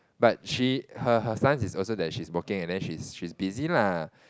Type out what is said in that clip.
but she her her stance is also that she's working and then she's she's busy lah